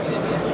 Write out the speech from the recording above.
Hvala.